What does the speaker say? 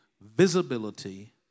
visibility